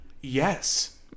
Yes